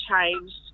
changed